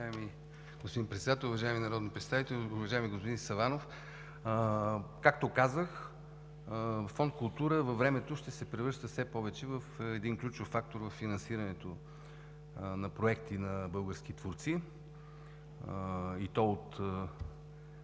Уважаеми господин Председател, уважаеми народни представители! Уважаеми господин Сабанов, както казах, Фонд „Култура“ във времето ще се превръща все повече в ключов фактор при финансирането на проекти на българските творци, и то от